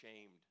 shamed